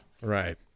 Right